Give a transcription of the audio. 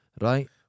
Right